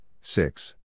six